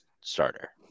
starter